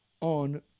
on